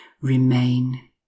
remain